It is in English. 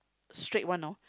straight one know